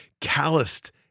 calloused